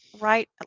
right